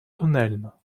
тоннельно